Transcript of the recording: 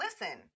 Listen